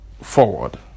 forward